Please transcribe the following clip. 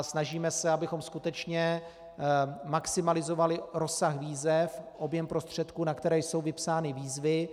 Snažíme se, abychom skutečně maximalizovali rozsah výzev, objem prostředků, na které jsou vypsány výzvy.